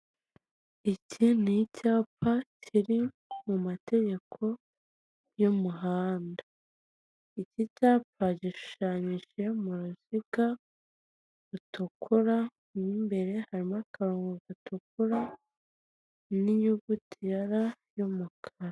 Iki ni icyapa kiri mu mategeko y'umuhanda. Iki cyapa gishushanyije mu ruziga rutukura, mo imbere harimo akarongo gatukura, n'inyuguti ya ra y'umukara.